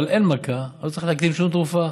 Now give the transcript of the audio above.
אבל אין מכה, ולא צריך להקדים שום תרופה.